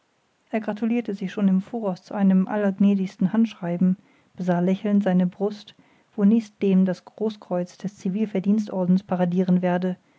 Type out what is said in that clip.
aarstein er gratulierte sich schon im voraus zu einem allergnädigsten handschreiben besah lächelnd seine brust wo nächstdem das großkreuz des zivil verdienstordens paradieren werde